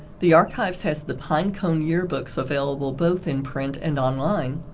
the archives has the pine cone yearbooks available both in print and online.